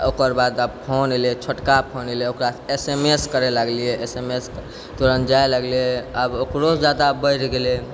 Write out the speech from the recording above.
ओकरबाद आब फोन अइलै छोटका फोन अइलै ओकरा एस एम एस करऽ लागलिए एस एम एस तुरन्त जाइ लगलै आब ओकरोसँ ज्यादा बढ़ि गेलै